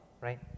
right